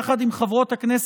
יחד עם חברות הכנסת,